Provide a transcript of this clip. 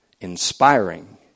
inspiring